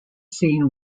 scene